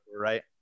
right